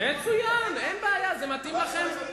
מצוין, אין בעיה, זה מתאים לכם.